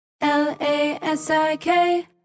L-A-S-I-K